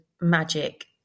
magic